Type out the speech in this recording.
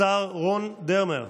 אני, רון דרמר,